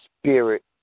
spirit